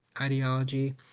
ideology